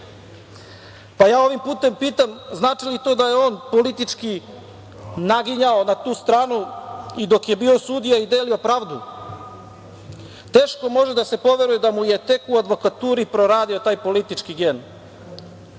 pa ja ovim putem pitam – znači li to da je on politički naginjao na tu stranu i dok je bio sudija i delio pravdu? Teško može da se poveruje da mu je tek u advokaturi proradio taj politički